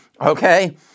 Okay